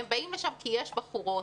הם באים לשם כי יש בחורות".